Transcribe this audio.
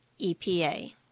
EPA